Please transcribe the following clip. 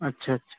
अच्छा अच्छा